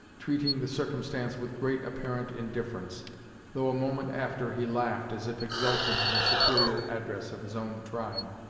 treating the circumstance with great apparent indifference though a moment after he laughed as if exulting in the superior address of his own tribe.